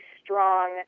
strong